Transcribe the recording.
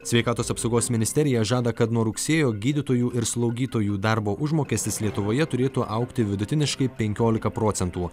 sveikatos apsaugos ministerija žada kad nuo rugsėjo gydytojų ir slaugytojų darbo užmokestis lietuvoje turėtų augti vidutiniškai penkiolika procentų